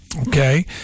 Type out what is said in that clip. okay